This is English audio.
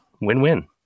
win-win